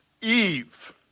Eve